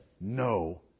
no